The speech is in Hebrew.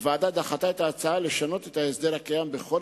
הוועדה דחתה את ההצעה לשנות את ההסדר הקיים בכל